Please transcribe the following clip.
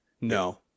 No